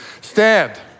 stand